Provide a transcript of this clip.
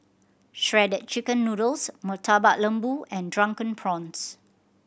Shredded Chicken Noodles Murtabak Lembu and Drunken Prawns